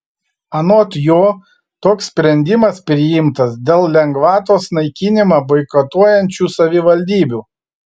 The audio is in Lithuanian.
anot jo toks sprendimas priimtas dėl lengvatos naikinimą boikotuojančių savivaldybių